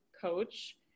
coach